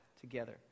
together